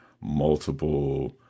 multiple